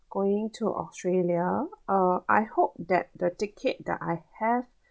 going to australia uh I hope that the ticket that I have